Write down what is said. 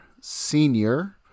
Senior